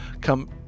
come